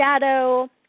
shadow